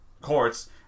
courts